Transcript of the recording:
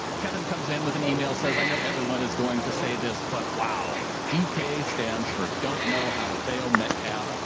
kevin comes in with an email, says, i know everyone is going to say this but wow. dk stands for don't know how to fail metcalf.